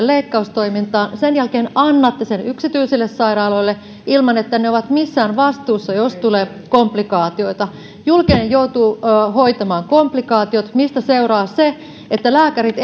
leikkaustoimintaan sen jälkeen annatte sen yksityisille sairaaloille ilman että ne ovat missään vastuussa jos tulee komplikaatioita ja julkinen joutuu hoitamaan komplikaatiot niin siitä seuraa se että lääkärit